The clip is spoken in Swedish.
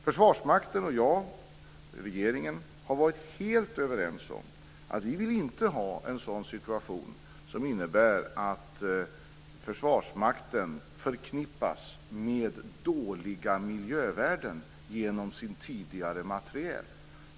Försvarsmakten och jag, från regeringen, har varit helt överens om att vi inte vill ha en sådan situation som innebär att Försvarsmakten förknippas med dåliga miljövärden genom sin tidigare materiel.